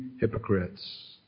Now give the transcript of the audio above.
hypocrites